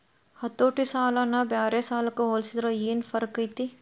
ಹತೋಟಿ ಸಾಲನ ಬ್ಯಾರೆ ಸಾಲಕ್ಕ ಹೊಲ್ಸಿದ್ರ ಯೆನ್ ಫರ್ಕೈತಿ?